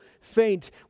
faint